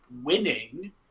winning